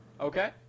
Okay